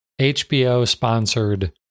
HBO-sponsored